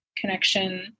Connection